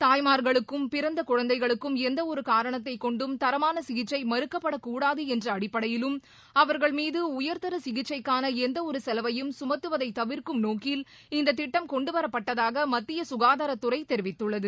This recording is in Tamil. தாய்மார்களுக்கும் பிறந்த குழந்தைகளுக்கும் எந்த ஒரு காரணத்தை கொண்டும் தரமான சிகிச்சை மறுக்கப்படக்கூடாது என்ற அடிப்படையிலும் அவர்கள் மீது உயர்தர சிகிச்சைக்கான எந்த ஒரு செலவையும் சுமத்துவதை தவிர்க்கும் நோக்கில் இந்த திட்டம் கொண்டுவரப்பட்டதாக மத்திய சுகாதாரத்துறை தெரிவித்துள்ளது